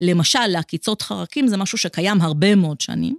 למשל, לעקיצות חרקים זה משהו שקיים הרבה מאוד שנים.